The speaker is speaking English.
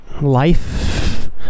life